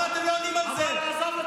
תענה על זה.